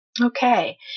Okay